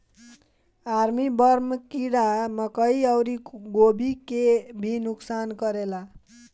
army worm कीड़ा मकई अउरी गोभी के भी नुकसान करेला